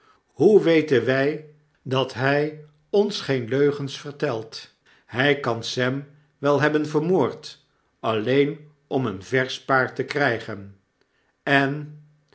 hoe weten wy dat hy ons geen leugens vertelt hy kan sem wel hebben vermoord alleen om een versch paard te krygen en